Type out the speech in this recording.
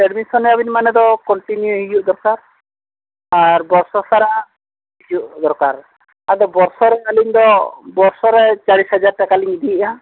ᱮᱰᱢᱤᱥᱚᱱᱮᱭᱟᱵᱮᱱ ᱢᱟᱱᱮᱫᱚ ᱠᱚᱱᱴᱤᱱᱤᱭᱩ ᱦᱤᱡᱩᱜ ᱫᱚᱨᱠᱟᱨ ᱟᱨ ᱵᱚᱨᱥᱚ ᱥᱟᱨᱟ ᱦᱤᱡᱩᱜ ᱫᱚᱨᱠᱟᱨ ᱟᱫᱚ ᱵᱚᱨᱥᱚ ᱨᱮ ᱟᱹᱞᱤᱧ ᱫᱚ ᱵᱚᱨᱥᱚ ᱨᱮ ᱪᱟᱞᱤᱥ ᱦᱟᱡᱟᱨ ᱴᱟᱠᱟᱞᱤᱧ ᱤᱫᱤᱭᱮᱜᱼᱟ